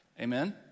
Amen